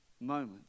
moment